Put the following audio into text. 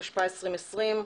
התשפ"א-2020,